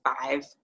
five